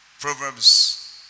Proverbs